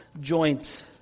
joint